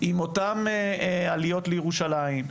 עם אותן עליות לירושלים,